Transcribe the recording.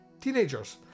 teenagers